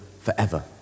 forever